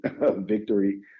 victory